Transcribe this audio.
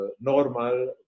normal